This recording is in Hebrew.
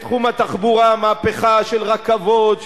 בתחום התחבורה מהפכה של רכבות,